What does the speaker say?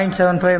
75 0